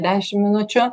dešim minučių